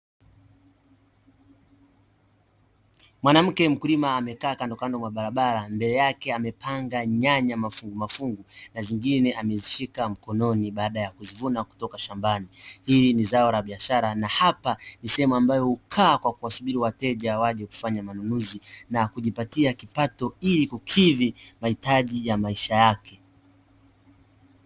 Mwanamke mkulima amekaa kandokando mwa barabara, mbele yake amepanga nyanya mafungu mafungu na zingine amezishika mkononi baada ya kuzivuna kutoka shamban. Hili ni zao la biashara na hapa ni sehemu ambayo hukaa kwa kuwasubiri wateja waje kufanya manunuzi na kujipatia kipato ili kukidhi mahitaji ya maisha yake.